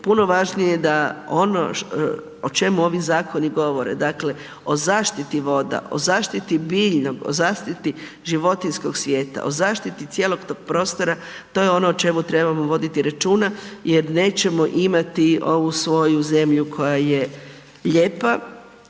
puno važnije da ono o čemu ovi zakoni govore, dakle o zaštiti voda, o zaštiti biljnog, o zaštiti životinjskog svijeta, o zaštiti cijelog tog prostora, to je ono o čemu trebamo voditi računa jer nećemo imati ovu svoju zemlju koja je lijepa,